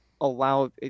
allow